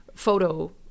photo